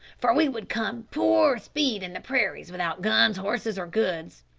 for we would come poor speed in the prairies without guns, horses, or goods.